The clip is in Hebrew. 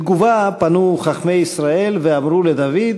בתגובה פנו חכמי ישראל ואמרו לדוד: